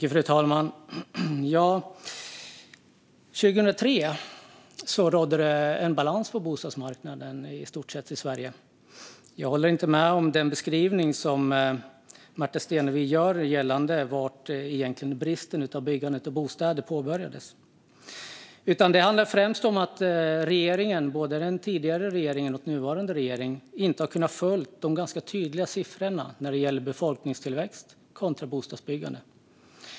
Fru talman! År 2003 rådde det en balans på bostadsmarknaden i Sverige i stort sett. Jag håller inte med om den beskrivning som Märta Stenevi gör gällande när bristen i byggandet av bostäder påbörjades. Det handlar främst om att regeringen, både den tidigare regeringen och nuvarande regering, inte har kunnat följa de ganska tydliga siffrorna när det gäller befolkningstillväxt kontra bostadsbyggande.